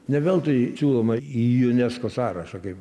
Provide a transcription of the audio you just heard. ne veltui siūloma į unesco sąrašą kaip